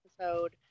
episode